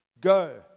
go